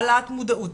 העלאת מודעות,